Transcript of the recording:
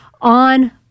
on